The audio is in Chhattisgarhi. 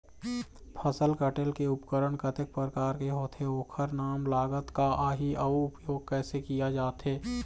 फसल कटेल के उपकरण कतेक प्रकार के होथे ओकर नाम लागत का आही अउ उपयोग कैसे किया जाथे?